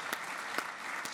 (מחיאות כפיים)